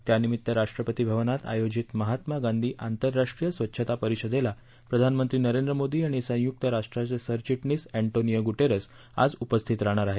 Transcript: त्यानिमित्त राष्ट्रपती भवनात आयोजित महात्मा गांधी आंतरराष्ट्रीय स्वच्छता परिषदेला प्रधानमंत्री नरेंद्र मोदी आणि संयुक्त राष्ट्रांचे सरचिटणीस अँटोनियो गुटेरस आज उपस्थित राहणार आहेत